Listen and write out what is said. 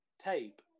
tape